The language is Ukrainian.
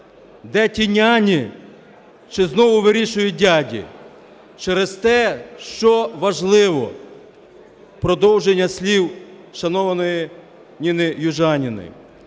Де ті "няні"? Чи знову вирішують "дяді"? Через те, що важливо, в продовження слів шановної Ніни Южаніної,